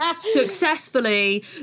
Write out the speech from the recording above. successfully